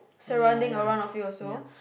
surrounding around of you also